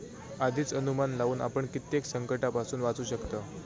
आधीच अनुमान लावुन आपण कित्येक संकंटांपासून वाचू शकतव